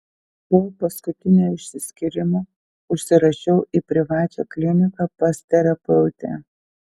po paskutinio išsiskyrimo užsirašiau į privačią kliniką pas terapeutę